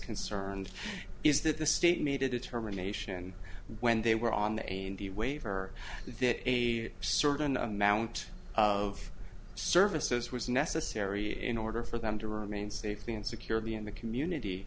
concerned is that the state made a determination when they were on the in the waiver that a certain amount of services was necessary in order for them to remain safely and securely in the community